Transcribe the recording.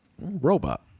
Robot